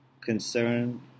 concern